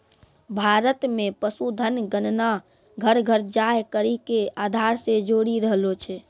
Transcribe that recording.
भारत मे पशुधन गणना घर घर जाय करि के आधार से जोरी रहलो छै